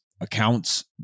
accounts